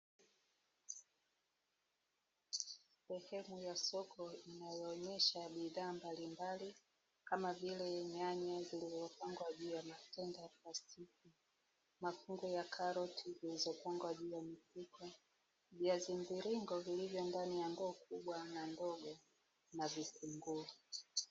Sehemu ya soko inaloonyesha bidhaa mbalimbali kama vile nyanya zilizopangwa juu ya matenga ya plastiki, mafungu ya karoti zilizopangwa juu ya mifuko, viazi mviringo vilivyo ndani ya ndoo kubwa na ndogo na vitunguu.